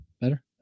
Better